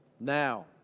Now